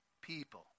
people